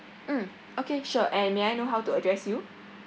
mm okay sure and may I know how to address you